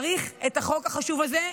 צריך את החוק החשוב הזה.